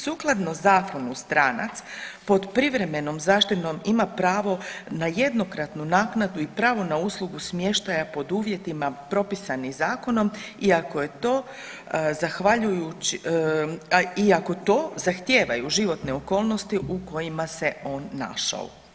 Sukladno zakonu stranac pod privremenom zaštitom ima pravo na jednokratnu naknadu i pravo na uslugu smještaja pod uvjetima propisanim zakonom i ako je to zahvaljujući, i ako to zahtijevaju životne okolnosti u kojima se on našao.